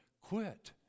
quit